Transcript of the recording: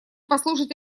послужит